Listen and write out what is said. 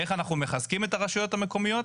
איך אנחנו מחזקים את הרשויות המקומיות.